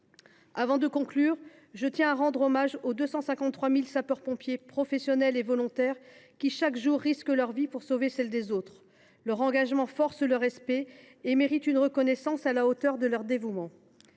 Avant de conclure, je tiens à rendre hommage aux 253 000 sapeurs pompiers, professionnels et volontaires, en particulier du Sdis 59, qui, chaque jour, risquent leur vie pour sauver celle des autres. Leur engagement force le respect et mérite une reconnaissance à la hauteur de leur dévouement.